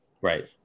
Right